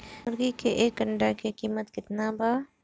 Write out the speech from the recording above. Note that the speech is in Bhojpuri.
मुर्गी के एक अंडा के कीमत का बा?